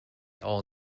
all